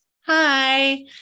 Hi